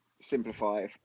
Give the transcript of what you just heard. Simplify